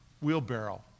wheelbarrow